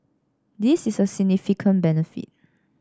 this is a significant benefit